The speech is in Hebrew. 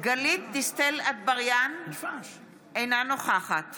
גלית דיסטל אטבריאן, אינה נוכחת